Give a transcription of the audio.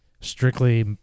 strictly